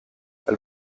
elle